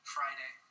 Friday